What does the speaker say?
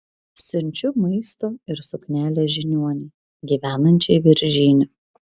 siunčiu maisto ir suknelę žiniuonei gyvenančiai viržyne